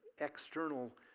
external